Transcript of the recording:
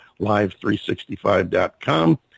Live365.com